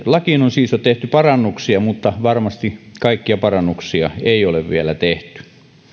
lakiin on siis jo tehty parannuksia mutta varmasti kaikkia parannuksia ei ole vielä tehty